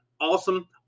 awesome